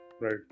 right